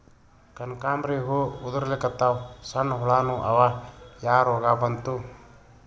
ಕನಕಾಂಬ್ರಿ ಹೂ ಉದ್ರಲಿಕತ್ತಾವ, ಸಣ್ಣ ಹುಳಾನೂ ಅವಾ, ಯಾ ರೋಗಾ ಬಂತು?